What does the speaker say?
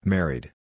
Married